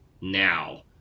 now